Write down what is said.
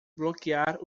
bloquear